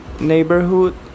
neighborhood